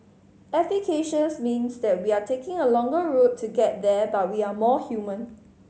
efficacious means that we are taking a longer route to get there but we are more human